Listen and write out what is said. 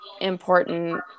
important